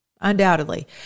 Undoubtedly